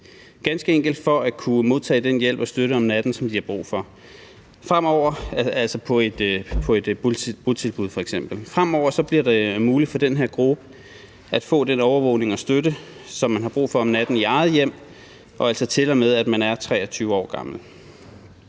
ganske enkelt for at kunne modtage den hjælp og støtte om natten, som de har brug for. Fremover bliver det muligt for den her gruppe at få den overvågning og støtte, som de har brug for om natten, i eget hjem i, til og med man er 23 år gammel.